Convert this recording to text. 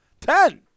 Ten